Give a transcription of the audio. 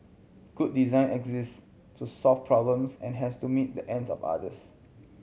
good design exist to solve problems and has to meet the ends of others